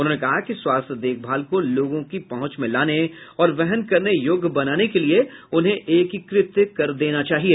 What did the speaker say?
उन्होंने कहा कि स्वास्थ्य देखभाल को लोगों की पहुंच में लाने और वहन करने योग्य बनाने के लिए उन्हें एकीकृत कर देना चाहिए